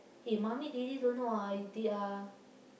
hey mummy really don't know ah they are